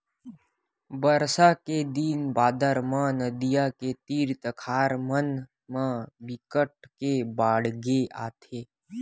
बरसा के दिन बादर म नदियां के तीर तखार मन म बिकट के बाड़गे आथे